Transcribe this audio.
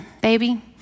baby